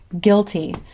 guilty